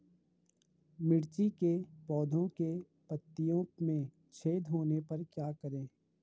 मिर्ची के पौधों के पत्तियों में छेद होने पर क्या करें?